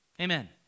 Amen